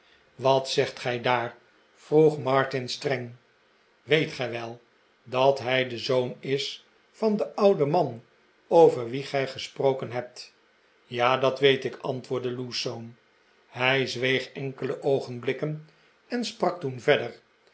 wat zegt gij daar vroeg martin streng weet gij wel dat hij de zoon is van den ouden man over wien gij gesproken hebt tj ja dat weet ik antwoordde lewsome hij zweeg enkele oogenblikken en sprak toen verder